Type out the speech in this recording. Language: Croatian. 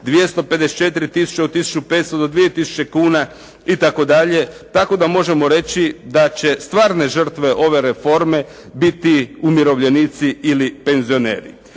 254 tisuće od 1500 do 2000 kuna, i tako dalje, tako da možemo reći da će stvarne žrtve ove reforme biti umirovljenici ili penzioneri.